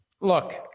look